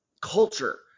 culture